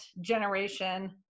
generation